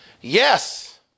Yes